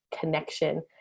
connection